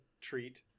treat